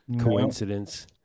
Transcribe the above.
coincidence